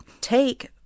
take